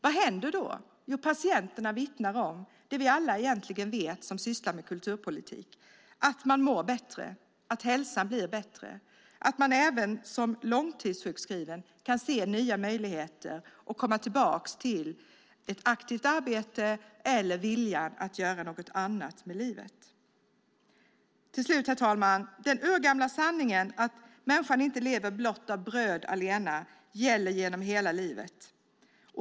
Vad händer då? Jo, patienterna vittnar om det vi alla som sysslar med kulturpolitik egentligen vet, nämligen att man mår bättre, att hälsan blir bättre och att man även som långtidssjukskriven kan se nya möjligheter att komma tillbaka till ett aktivt arbete eller finna viljan att göra något annat i livet. Den urgamla sanningen att människan inte lever av bröd allena gäller genom hela livet.